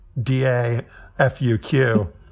D-A-F-U-Q